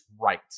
right